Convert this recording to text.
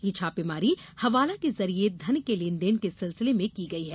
ये छापेमारी हवाला के जरिए धन के लेन देन के सिलसिले में की गई है